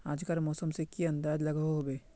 आज कार मौसम से की अंदाज लागोहो होबे?